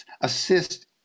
ASSIST